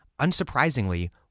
Unsurprisingly